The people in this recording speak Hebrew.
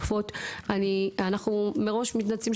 ולשוויון מגדרי): << יור >> אני נועלת את הישיבה.